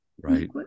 Right